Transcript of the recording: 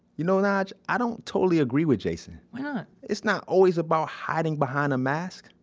you know, nige. i don't totally agree with jason why not? it's not always about hiding behind a mask.